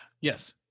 Yes